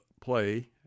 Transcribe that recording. play